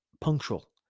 punctual